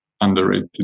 Underrated